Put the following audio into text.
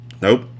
Nope